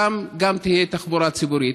ותהיה שם גם תחבורה ציבורית.